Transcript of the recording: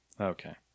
Okay